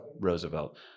Roosevelt